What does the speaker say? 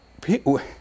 People